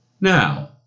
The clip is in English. Now